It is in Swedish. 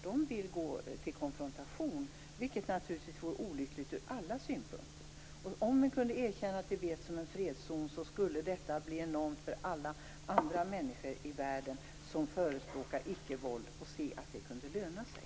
De vill gå över till konfrontation, vilket naturligtvis vore olyckligt ur alla synpunkter. Om vi kunde erkänna Tibet som en fredszon, skulle det bli enormt för alla andra människor i världen som förespråkar icke-våld. De skulle se att det lönade sig.